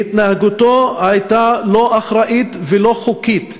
והתנהגותו הייתה לא אחראית ולא חוקית.